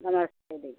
नमस्ते दी